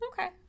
Okay